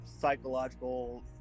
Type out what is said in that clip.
psychological